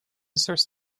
source